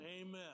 Amen